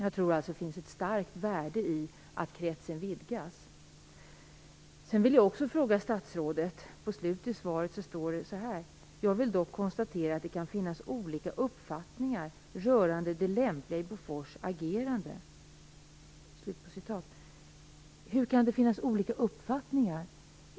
Jag tror att det finns ett stort värde i att kretsen vidgas. I slutet av svaret står det: "Jag vill dock konstatera att det kan finnas olika uppfattningar rörande det lämpliga i Bofors agerande". Hur kan det finnas olika uppfattningar om det?